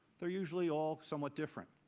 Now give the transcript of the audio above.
they're usually all somewhat different.